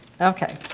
okay